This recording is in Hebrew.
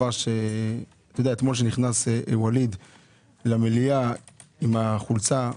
כפי שנכנס ווליד למליאה עם החולצה,